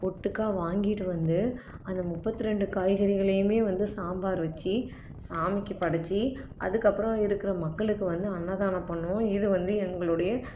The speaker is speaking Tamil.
ஒட்டுக்காக வாங்கிகிட்டு வந்து அந்த முப்பத்து ரெண்டு காய்கறிகளையுமே வந்து சாம்பார் வச்சு சாமிக்கு படைச்சி அதுக்கப்புறம் இருக்கிற மக்களுக்கு வந்து அன்னதானம் பண்ணுவோம் இது வந்து எங்களுடைய